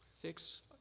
fix